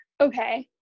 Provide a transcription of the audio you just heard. Okay